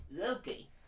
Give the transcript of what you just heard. Okay